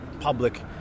public